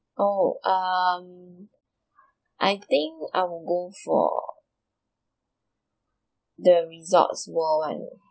oh um I think I would go for the resorts world [one]